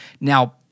Now